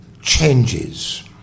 changes